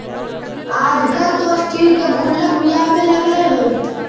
आजकल तो स्टील के गुल्लक भी आवे लगले हइ